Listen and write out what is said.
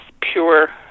pure